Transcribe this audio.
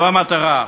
זו המטרה.